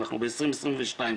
אנחנו ב-2022 כבר,